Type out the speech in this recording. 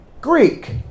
Greek